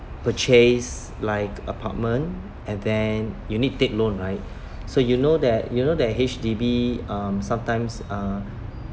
purchase like apartment and then you need take loan right so you know that you know that H_D_B um sometimes uh